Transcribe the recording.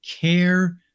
care